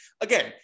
again